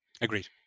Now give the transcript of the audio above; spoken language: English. Agreed